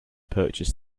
purchase